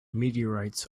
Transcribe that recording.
meteorites